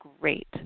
great